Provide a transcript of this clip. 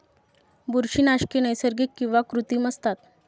बुरशीनाशके नैसर्गिक किंवा कृत्रिम असतात